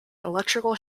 electrical